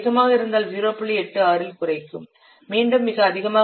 86 ல் குறைக்கும் மீண்டும் மிக அதிகமாக இருந்தால் அது 0